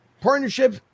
partnership